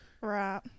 Right